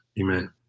Amen